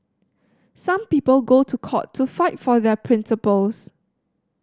some people go to court to fight for their principles